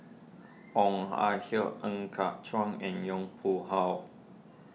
Ong Ah Hoi Ng Cart Chuan and Yong Pu How